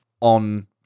on